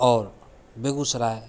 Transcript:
और बेगूसराय